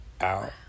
out